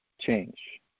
change